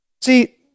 See